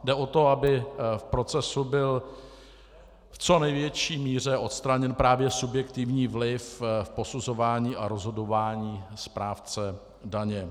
Jde o to, aby v procesu byl v co největší míře odstraněn subjektivní vliv v posuzování a rozhodování správce daně.